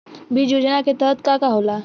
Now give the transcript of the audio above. बीज योजना के तहत का का होला?